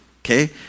okay